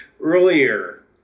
earlier